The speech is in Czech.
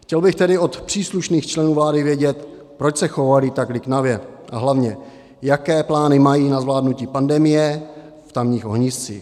Chtěl bych tedy od příslušných členů vlády vědět, proč se chovali tak liknavě a hlavně jaké plány mají na zvládnutí pandemie v tamních ohniscích.